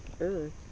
Earth